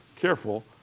Careful